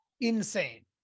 insane